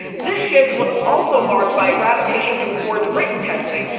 this shift was also marked by a gravitation towards written testing,